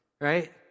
right